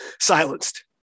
silenced